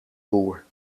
boer